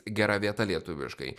gera vieta lietuviškai